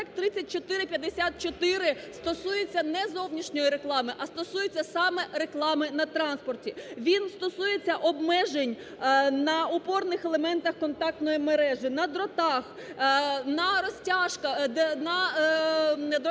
Законопроект 3454 стосується не зовнішньої реклами, а стосується саме реклами на транспорті. Він стосується обмежень на опорних елементах контактної мережі, на дротах, на розтяжках, на дротах,